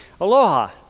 Aloha